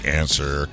answer